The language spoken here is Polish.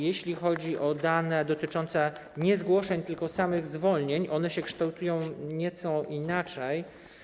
Jeśli chodzi o dane dotyczące nie zgłoszeń, tylko samych zwolnień, to one kształtują się nieco inaczej.